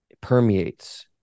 permeates